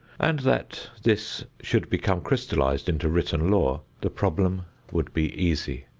and that this should become crystallized into written law, the problem would be easy.